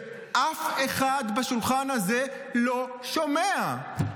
ואף אחד בשולחן הזה לא שומע.